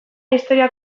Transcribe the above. historia